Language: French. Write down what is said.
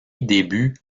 début